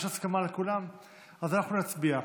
כלכלה?